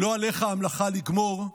"לא עליך המלאכה לגמור,